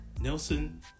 Nelson